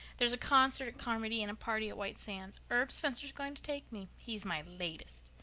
there's a concert at carmody and a party at white sands. herb spencer's going to take me. he's my latest.